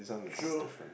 true